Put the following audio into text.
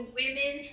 women